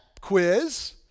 quiz